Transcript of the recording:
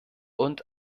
und